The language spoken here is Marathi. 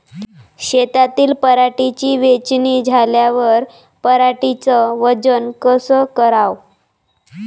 शेतातील पराटीची वेचनी झाल्यावर पराटीचं वजन कस कराव?